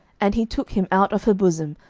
and he took him out of her bosom,